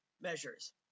measures